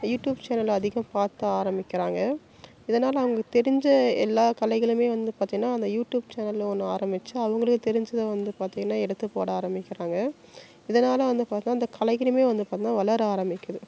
YouTube channel அதிகம் பார்த்த ஆரம்மிக்கிறாங்க இதனால் அவங்களுக்கு தெரிஞ்ச எல்லா கலைகளுமே வந்து பார்த்திங்கன்னா அந்த யூடியூப் சேனல்னு ஒன்று ஆரம்மிச்சு அவங்களுக்கு தெரிஞ்சதை வந்து பார்த்திங்கன்னா எடுத்து போட ஆரம்மிக்கிறாங்க இதனால் வந்து பார்த்தா அந்த கலைகளுமே வந்து பார்த்தன்னா வளர ஆரமிக்கிறது